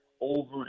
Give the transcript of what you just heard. over